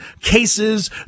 cases